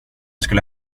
skulle